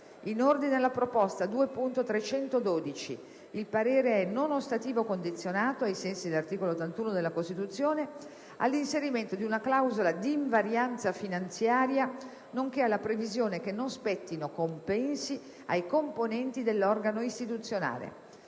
In ordine alla proposta 2.312, il parere è non ostativo condizionato, ai sensi dell'articolo 81 della Costituzione, all'inserimento di una clausola d'invarianza finanziaria nonché alla previsione che non spettino compensi ai componenti dell'organo istituzionale.